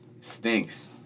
stinks